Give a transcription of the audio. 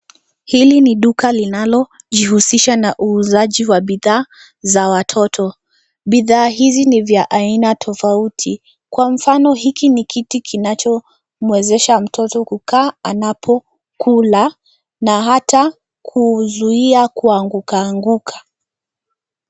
Hili ni duka linalojihusisha na uuzaji wa bidhaa za watoto. Bidhaa hizi ni vya aina tofauti. Kwa mfano, hiki ni kiti kinachomwezesha mtoto kukaa anapokula, na hata kuzuia kuangukaanguka.